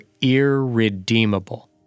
irredeemable